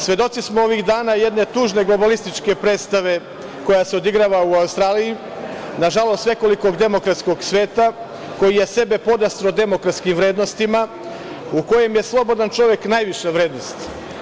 Svedoci smo ovih dana jedne tužne globalističke predstave koja se odigrava u Australiji, na žalost nekog demokratskog sveta, koji je sebe podrasto demokratskim vrednostima, u kojem je slobodan čovek najviša vrednost.